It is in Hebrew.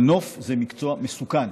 מנוף זה מקצוע מסוכן.